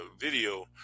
video